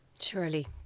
Surely